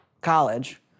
college